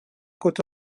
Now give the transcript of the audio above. côte